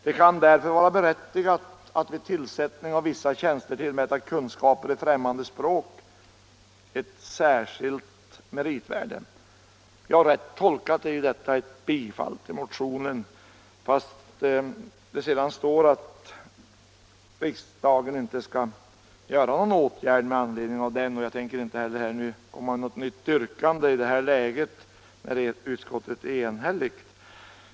Det kan därför vara berättigat att vid tillsättning av vissa tjänster tillmäta kunskaper i främmande språk ett särskilt meritvärde.” Rätt tolkat innebär ju detta ett tillstyrkande av motionen, fast utskottet sedan hemställer att riksdagen inte skall vidta någon åtgärd med anledning av den. Jag tänker inte heller komma med något nytt yrkande i det här läget, när utskottet är enhälligt.